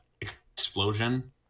explosion